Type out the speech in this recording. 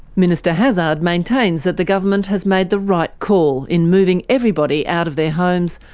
minister hazzard maintains that the government has made the right call in moving everybody out of their homes,